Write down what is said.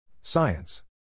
Science